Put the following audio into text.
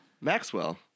Maxwell